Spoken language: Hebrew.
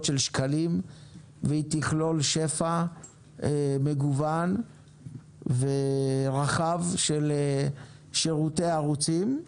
של שקלים והיא תכלול שפע מגוון ורחב של שירותי ערוצים.